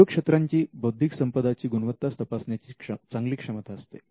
उद्योगक्षेत्राची बौद्धिक संपदा ची गुणवत्ता तपासण्याची चांगली क्षमता असते